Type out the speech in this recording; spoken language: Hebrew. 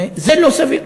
זה לא סביר.